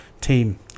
team